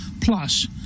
plus